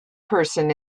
person